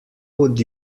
would